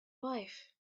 wife